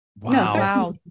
Wow